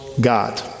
God